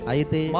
Aite